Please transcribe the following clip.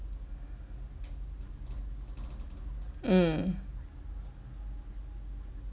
mm